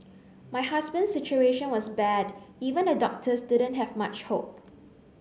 my husband's situation was bad even the doctors didn't have much hope